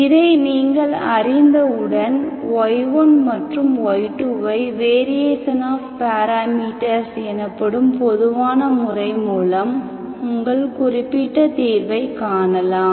இந்த நீங்கள் அறிந்தவுடன் y1 மற்றும் y2ஐ வேரியேஷன் ஆப் பேராமீட்டர்ஸ் எனப்படும் பொதுவான முறை மூலம் உங்கள் குறிப்பிட்ட தீர்வைக் காணலாம்